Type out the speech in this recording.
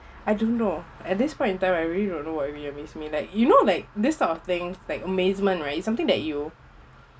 I don't know at this point in time I really don't know what really amaze me like you know like this type of thing like amazement right is something that you